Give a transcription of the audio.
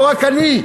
לא רק אני,